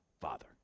Father